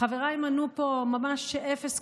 חבריי מנו פה ממש אפס קצהו.